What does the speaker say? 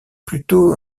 plutôt